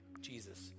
Jesus